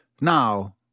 Now